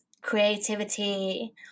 creativity